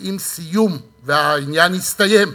שעם סיום, והעניין יסתיים,